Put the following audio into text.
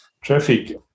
traffic